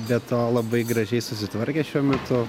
be to labai gražiai susitvarkęs šiuo metu